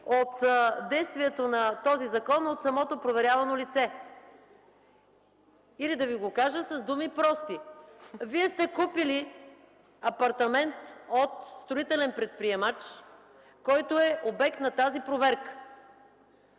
от действието на този закон от самото проверявано лице. Вие сте купили апартамент от строителен предприемач, който е обект на тази проверка.